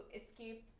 escape